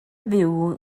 fyw